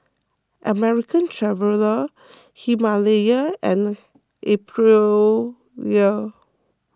American Traveller Himalaya and Aprilia